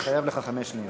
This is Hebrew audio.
אני חייב לך חמש שניות.